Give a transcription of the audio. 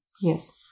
yes